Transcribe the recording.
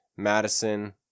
Madison